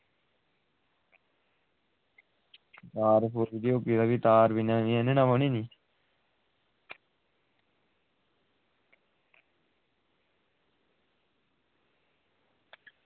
सारा कुछ दिक्खगे भी तार बी आह्ननी नी